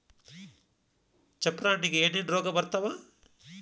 ಚಪ್ರ ಹಣ್ಣಿಗೆ ಏನೇನ್ ರೋಗ ಬರ್ತಾವ?